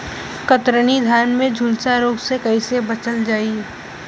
कतरनी धान में झुलसा रोग से कइसे बचल जाई?